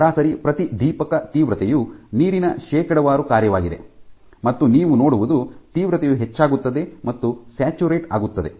ಈ ಸರಾಸರಿ ಪ್ರತಿದೀಪಕ ತೀವ್ರತೆಯು ನೀರಿನ ಶೇಕಡಾವಾರು ಕಾರ್ಯವಾಗಿದೆ ಮತ್ತು ನೀವು ನೋಡುವುದು ತೀವ್ರತೆಯು ಹೆಚ್ಚಾಗುತ್ತದೆ ಮತ್ತು ಸ್ಯಾಚುರೇಟ್ ಆಗುತ್ತದೆ